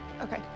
Okay